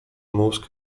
mózg